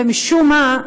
ומשום מה,